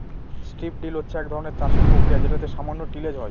strip drill হচ্ছে এক ধরনের চাষের প্রক্রিয়া যেটাতে সামান্য টিলেজ হয়